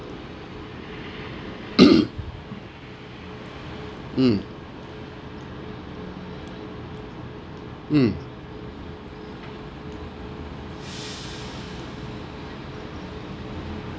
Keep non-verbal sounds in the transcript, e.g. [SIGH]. [COUGHS] mm mm